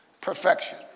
perfection